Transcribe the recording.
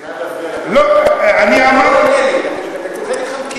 אני לא רוצה להפריע לך.